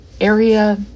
area